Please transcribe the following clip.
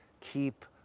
keep